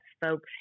folks